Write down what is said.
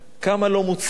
כמה לא מוצלח.